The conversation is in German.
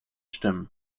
stimmen